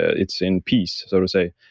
it's in peace, so to say,